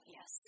Yes